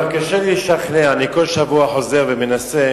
לשכנע אני כל שבוע חוזר ומנסה,